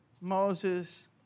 Moses